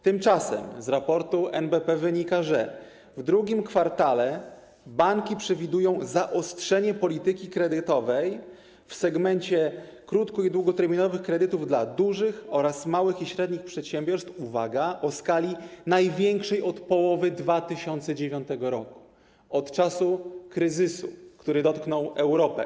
Tymczasem z raportu NBP wynika, że w drugim kwartale banki przewidują zaostrzenie polityki kredytowej w segmencie krótko- i długoterminowych kredytów dla dużych oraz małych i średnich przedsiębiorstw, uwaga, w skali największej od połowy 2009 r., od czasu kryzysu, który dotknął Europę.